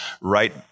right